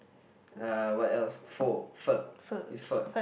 uh what else pho pho it's pho